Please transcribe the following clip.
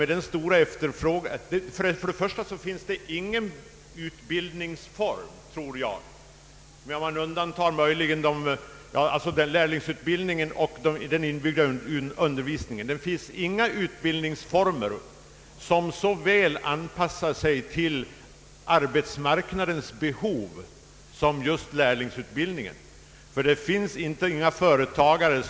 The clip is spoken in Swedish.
Det finns inga utbildningsformer som så väl anpassar sig till arbetsmarknadens behov som just lärlingsutbildningen och den inbyggda undervisningen.